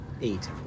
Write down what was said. eight